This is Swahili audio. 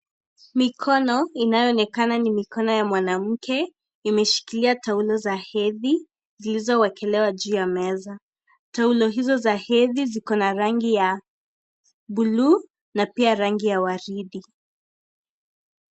Mikono inaonekana ni mikono ya mwanamke imeshikilia taulo za hedhi zilizo wekelewa juu ya meza taulo hizo za hedhi ziko na rangi ya bluu na pia rangi ya waridi.